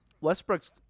Westbrook's